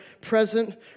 present